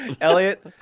Elliot